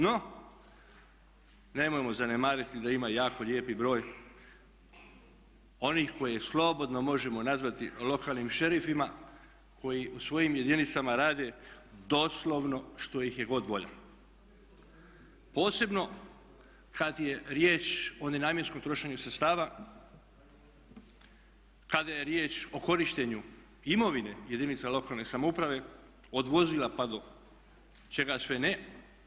No, nemojmo zanemariti da ima jako lijepi broj onih koje slobodno možemo nazvati lokalnim šerifima koji u svojim jedinicama rade doslovno što ih je god volja, posebno kad je riječ o nenamjenskom trošenju sredstava, kada je riječ o korištenju imovine jedinica lokalne samouprave, od vozila pa do čega sve ne.